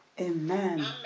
Amen